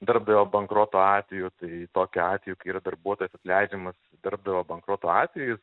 darbdavio bankroto atveju tai tokiu atveju kai yra darbuotojas atleidžiamas darbdavio bankroto atveju